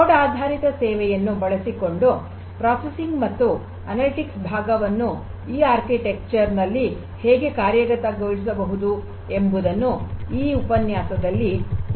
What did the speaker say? cloud ಆಧಾರಿತ ಸೇವೆಯನ್ನು ಬಳಸಿಕೊಂಡು ಪ್ರಾಸೆಸಿಂಗ್ ಮತ್ತು ಅನಲಿಟಿಕ್ಸ್ ಭಾಗವನ್ನು ಈ ವಾಸ್ತುಶಿಲ್ಪದಲ್ಲಿ ಹೇಗೆ ಕಾರ್ಯಗತಗೊಳಿಸಬಹುದು ಎಂಬುದನ್ನು ಈ ಉಪನ್ಯಾಸದಲ್ಲಿ ತಿಳಿಯುತ್ತೇವೆ